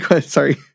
sorry